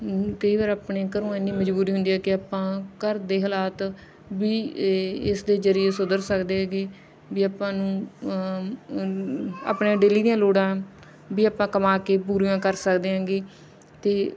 ਕਈ ਵਾਰ ਆਪਣੇ ਘਰੋਂ ਇੰਨੀ ਮਜ਼ਬੂਰੀ ਹੁੰਦੀ ਹੈ ਕਿ ਆਪਾਂ ਘਰ ਦੇ ਹਾਲਾਤ ਵੀ ਏ ਇਸ ਦੇ ਜ਼ਰੀਏ ਸੁਧਰ ਸਕਦੇ ਹੈਗੇ ਵੀ ਆਪਾਂ ਨੂੰ ਆਪਣੇ ਡੇਲੀ ਦੀਆਂ ਲੋੜਾਂ ਵੀ ਆਪਾਂ ਕਮਾ ਕੇ ਪੂਰੀਆਂ ਕਰ ਸਕਦੇ ਹੈਂਗੇ ਅਤੇ